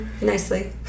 Nicely